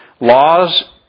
laws